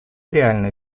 реальную